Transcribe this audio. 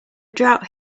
drought